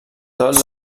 tot